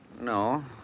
No